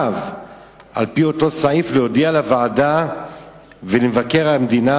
על-פי אותו סעיף להודיע לוועדה ולמבקר המדינה,